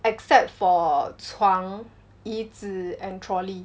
except for 床椅子 and trolley